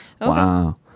Wow